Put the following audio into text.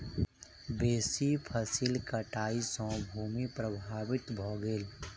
बेसी फसील कटाई सॅ भूमि प्रभावित भ गेल